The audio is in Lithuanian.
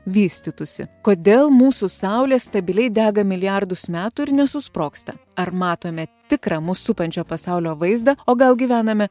vystytųsi kodėl mūsų saulė stabiliai dega milijardus metų ir nesusprogsta ar matome tikrą mus supančio pasaulio vaizdą o gal gyvename